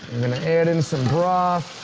we're gonna add in some broth.